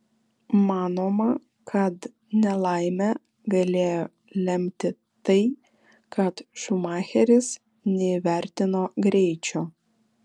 manoma kad nelaimę galėjo lemti tai kad šumacheris neįvertino greičio